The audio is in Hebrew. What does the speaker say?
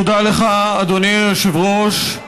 תודה לך, אדוני היושב-ראש.